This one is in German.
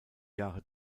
jahre